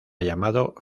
llamado